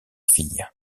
filles